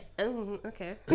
Okay